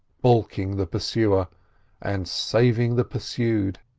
balking the pursuer and saving the pursued.